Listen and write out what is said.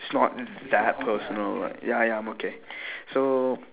it's not that personal like ya ya I'm okay so